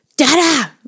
Dada